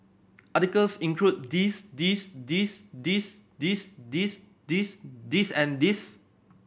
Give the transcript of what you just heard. articles include this this this this this this this this and this